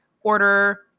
order